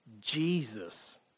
Jesus